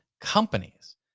companies